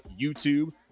YouTube